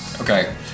Okay